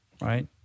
right